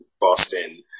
Boston